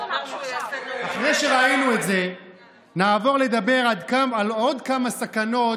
אחרי שראינו את זה נעבור לדבר עוד על כמה סכנות